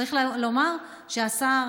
צריך לומר שהשר,